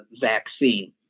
vaccine